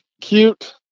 cute